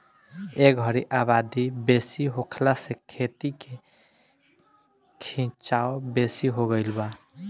ए घरी आबादी बेसी होखला से खेती के खीचाव बेसी हो गई बा